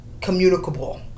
communicable